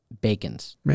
bacons